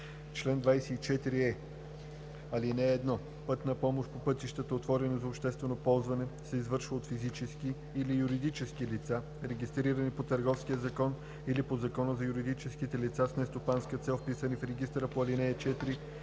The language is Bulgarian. Чл. 24е. (1) Пътна помощ по пътищата, отворени за обществено ползване, се извършва от физически или юридически лица, регистрирани по Търговския закон или по Закона за юридическите лица с нестопанска цел, вписани в регистъра по ал. 4